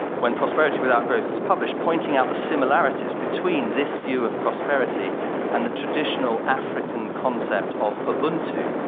when prosperity without growth was published, pointing out the similarities between this view of prosperity and the traditional african concept of ubuntu.